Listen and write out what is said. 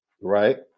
right